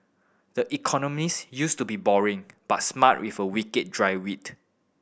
the economists used to be boring but smart with a wicked dry wit